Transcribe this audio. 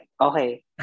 Okay